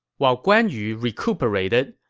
while guan yu recuperated,